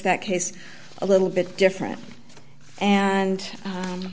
that case a little bit different and